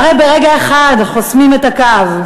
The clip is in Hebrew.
הרי ברגע אחד חוסמים את הקו.